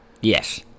Yes